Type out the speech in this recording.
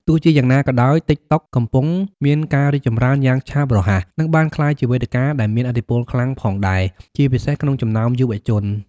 ទោះជាយ៉ាងណាក៏ដោយ ទីកតុ កំពុងមានការរីកចម្រើនយ៉ាងឆាប់រហ័ស និងបានក្លាយជាវេទិកាដែលមានឥទ្ធិពលខ្លាំងផងដែរ ជាពិសេសក្នុងចំណោមយុវជន។